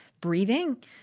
breathing